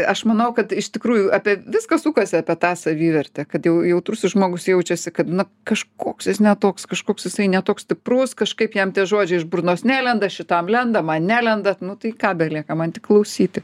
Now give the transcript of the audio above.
aš manau kad iš tikrųjų apie viskas sukasi apie tą savivertę kad jau jautrusis žmogus jaučiasi kad na kažkoks jis ne toks kažkoks jisai ne toks stiprus kažkaip jam tie žodžiai iš burnos nelenda šitam lenda man nelenda nu tai ką belieka man tik klausyti